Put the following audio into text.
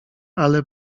ale